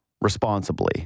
responsibly